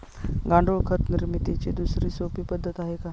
गांडूळ खत निर्मितीची दुसरी सोपी पद्धत आहे का?